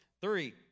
Three